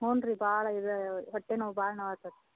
ಹ್ಞೂ ರೀ ಭಾಳ ಇದೆ ಹೊಟ್ಟೆ ನೋವು ಭಾಳ ನೋವು ಆತತಿ